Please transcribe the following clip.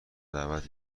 دعوت